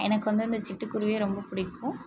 எனக்கு வந்து இந்த சிட்டுக்குருவியை ரொம்ப பிடிக்கும்